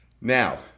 Now